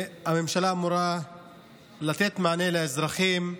והממשלה אמורה לתת מענה לאזרחים,